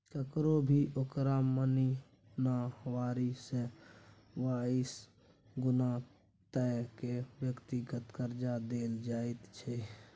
ककरो भी ओकर महिनावारी से बाइस गुना तक के व्यक्तिगत कर्जा देल जाइत छै